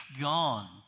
gone